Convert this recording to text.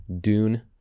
Dune